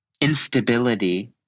instability